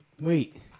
Wait